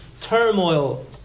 turmoil